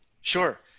Sure